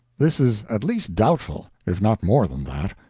this is at least doubtful, if not more than that.